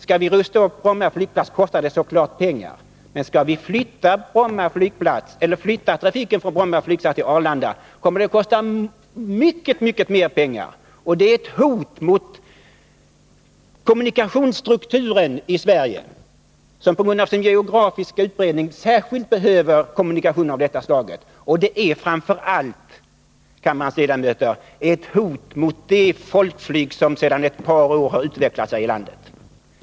Skall vi rusta upp Bromma flygplats kostar det givetvis pengar. Men skall vi flytta trafiken på Bromma flygplats till Arlanda kommer det att kosta mycket mer pengar. Och det är ett hot mot kommunikationsstrukturen i Sverige, som på grund av sin geografiska utbredning särskilt behöver kommunikationer av detta slag. Och det är framför allt, kammarens ledamöter, ett hot mot det folkflyg som under ett par år har utvecklat sig i vårt land.